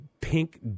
pink